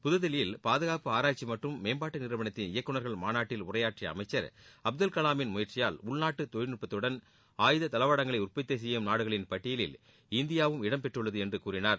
புதுதில்லியில் பாதுகாப்பு ஆராய்ச்சி மற்றும் மேம்பாட்டு நிறுவனத்தின் இயக்குநர்கள் மாநாட்டில் உரையாற்றிய அமைச்சர் அப்துல் கலாமின் முயற்சியால் உள்நாட்டு தொழில்நுட்பத்துடன் ஆயுத தளவாடங்களை உற்பத்தி செய்யும் நாடுகளின் பட்டியலில் இந்தியாவும் இடம் பெற்றுள்ளது என்று கூறினார்